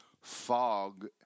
Fog